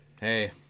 Hey